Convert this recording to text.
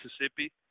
Mississippi